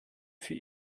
für